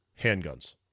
handguns